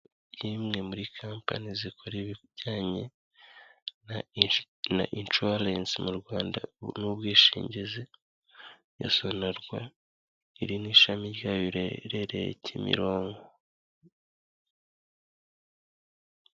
Nk'imwe muri kampani zikora ibijyanye na inshuwaresi mu Rwanda n'ubwishingizi ya SONARWA, iri ni ishami ryayo riherereye i Kimironko.